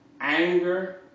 anger